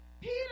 Peter